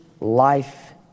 life